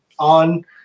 on